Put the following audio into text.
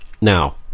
now